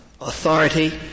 authority